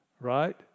Right